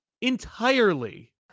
entirely